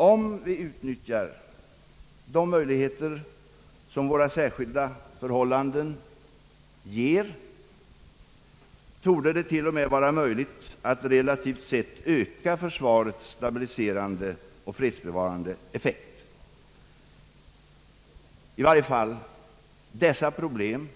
Om vi utnyttjar de möjligheter, som våra särskilda förhållanden ger, torde det t.o.m. vara möjligt att relativt sett öka försvarets stabiliserande och fredsbevarande effekt. I varje fall bör dessa problem